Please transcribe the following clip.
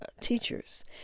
teachers